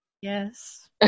Yes